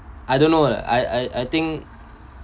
I don't know ah I I I think